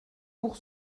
pour